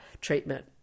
treatment